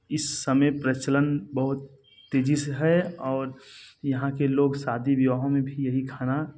इस समय प्रचालन बहुत तेज़ी से है और यहाँ के लोग शादी विवाहों में भी यही खाना